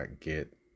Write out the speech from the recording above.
get